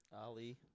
Ali